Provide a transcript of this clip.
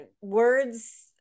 words